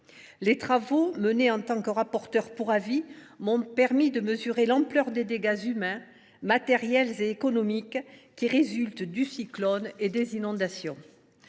Les travaux que j’ai menés en tant que rapporteur pour avis m’ont permis de mesurer l’ampleur des dégâts humains, matériels et économiques qui résultent du passage du cyclone et des inondations